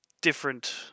different